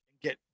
get